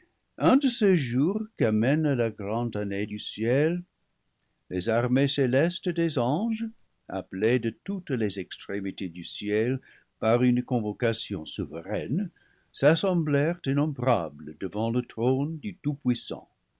un de ces jours qu'amène la grande année du ciel les armées célestes des anges appelées de toutes les extré mités du ciel par une convocation souveraine s'assemblèrent innombrables devant le trône du